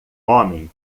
homem